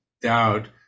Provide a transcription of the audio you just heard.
doubt